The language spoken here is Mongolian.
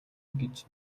гэж